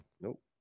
nope